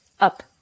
up